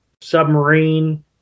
submarine